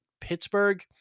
Pittsburgh